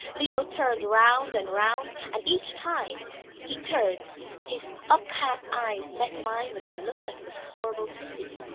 leo turned round and round, and each time he turned his up-cast eyes met mine with a look that was horrible to see.